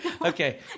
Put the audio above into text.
okay